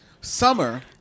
Summer